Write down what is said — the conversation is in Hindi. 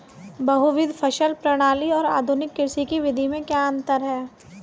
बहुविध फसल प्रणाली और आधुनिक कृषि की विधि में क्या अंतर है?